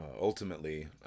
ultimately